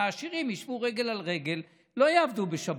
והעשירים ישבו רגל על רגל ולא יעבדו בשבת,